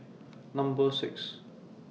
Number six